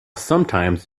sometimes